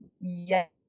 yes